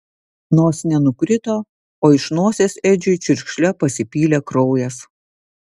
nosinė nukrito o iš nosies edžiui čiurkšle pasipylė kraujas